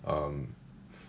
um